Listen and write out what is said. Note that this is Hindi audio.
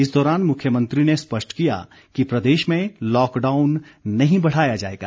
इस दौरान मुख्यमंत्री ने स्पष्ट किया कि प्रदेश में लॉकडाउन नहीं बढ़ाया जाएगा